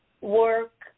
work